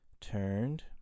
turned